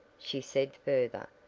she said further,